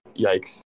yikes